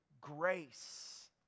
grace